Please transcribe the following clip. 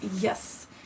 Yes